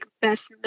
best